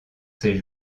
ces